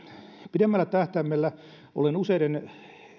pidemmällä tähtäimellä olen useiden